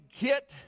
get